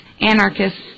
anarchists